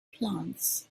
plants